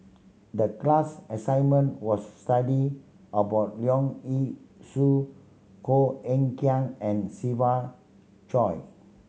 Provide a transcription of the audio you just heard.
the class assignment was to study about Leong Yee Soo Koh Eng Kian and Siva Choy